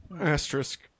Asterisk